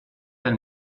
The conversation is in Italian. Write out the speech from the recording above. del